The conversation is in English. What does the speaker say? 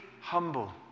humble